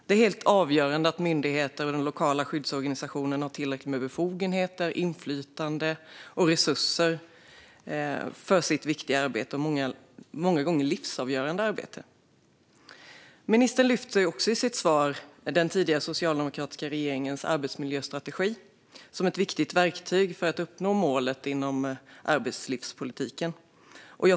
Det är helt avgörande att myndigheter och de lokala skyddsorganisationerna har tillräckligt med befogenheter, inflytande och resurser för sitt viktiga och många gånger livsavgörande arbete. Ministern lyfter också i sitt svar den tidigare socialdemokratiska regeringens arbetsmiljöstrategi som ett viktigt verktyg för att uppnå målet inom arbetslivspolitiken.